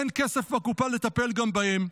אין כסף בקופה לטפל גם בהם.